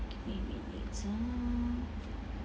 give me a minute sir